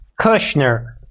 Kushner